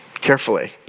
carefully